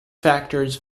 factors